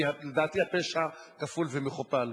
כי לדעתי הפשע כפול ומכופל,